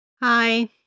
hi